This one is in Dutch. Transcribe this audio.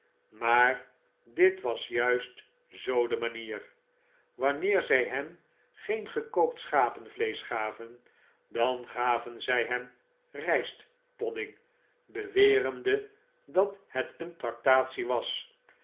maar dit was juist zoo demanier wanneer zij hem geen gekookt schapenvleesch gaven dan gaven zij hem rystpodding bewerende dat het een traktatie was